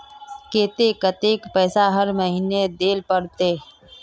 केते कतेक पैसा हर महीना देल पड़ते?